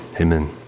Amen